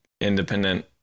independent